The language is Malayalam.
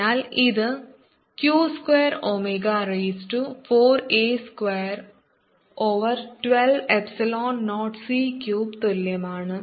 അതിനാൽ ഇത് q square omega raise to 4 a square over 12 epsilon 0 c cube തുല്യമാണ്